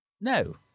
No